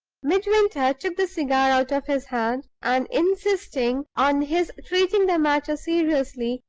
midwinter took the cigar out of his hand, and, insisting on his treating the matter seriously,